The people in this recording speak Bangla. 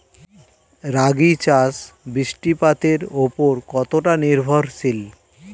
রাগী চাষ বৃষ্টিপাতের ওপর কতটা নির্ভরশীল?